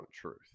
truth